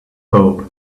pope